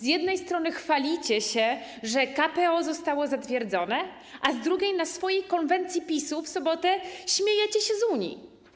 Z jednej strony chwalicie się, że KPO zostało zatwierdzone, a z drugiej - na swojej konwencji PiS-u w sobotę śmiejecie się z Unii.